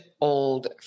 old